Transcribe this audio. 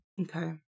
Okay